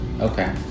okay